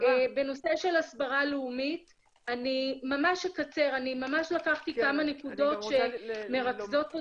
בנושא של הסברה לאומית - אני ממש לקחתי כמה נקודות שמרכזות פה